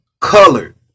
colored